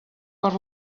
per